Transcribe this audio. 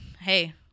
hey